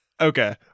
Okay